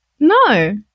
No